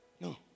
No